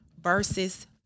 versus